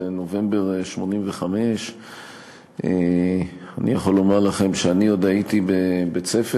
בנובמבר 1985. אני יכול לומר לכם שאני עוד הייתי בבית-ספר,